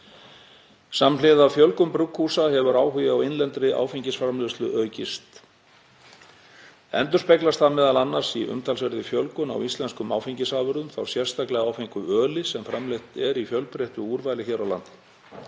Samhliða fjölgun brugghúsa hefur áhugi á innlendri áfengisframleiðslu aukist. Endurspeglast það m.a. í umtalsverðri fjölgun á íslenskum áfengisafurðum, þá sérstaklega áfengu öli sem framleitt er í fjölbreyttu úrvali hér á landi.